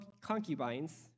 concubines